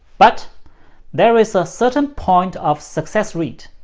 but there is a certain point of success rate,